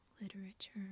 Literature